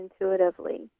intuitively